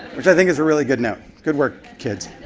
which i think is a really good note. good work, kids.